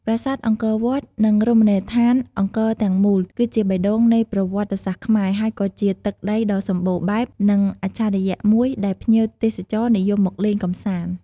ប្រាសាទអង្គរវត្ត និងរមណីយដ្ឋានអង្គរទាំងមូល គឺជាបេះដូងនៃប្រវត្តិសាស្រ្តខ្មែរ ហើយក៏ជាទឹកដីដ៏សម្បូរបែប និងអច្ឆរិយៈមួយដែលភ្ញៀវទេសចរនិយមមកលេងកម្សាន្ត។